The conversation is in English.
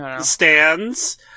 stands